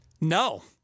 No